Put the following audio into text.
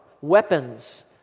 weapons